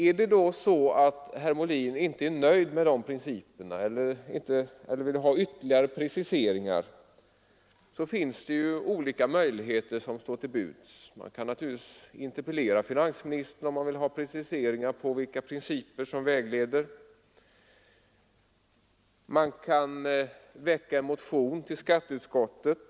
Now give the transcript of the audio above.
Är det så att herr Molin inte är nöjd med de principerna eller vill ha ytterligare preciseringar, står olika möjligheter till buds. Man kan naturligtvis interpellera finansministern om man vill ha preciseringar på vilka principer som vägleder. Man kan väcka en motion som lämnas till skatteutskottet.